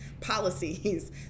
policies